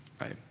Right